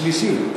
השלישי.